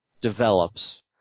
develops